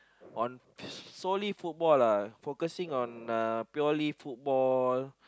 on solely football lah focusing on uh purely football